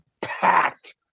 packed